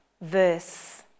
verse